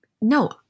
No